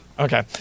Okay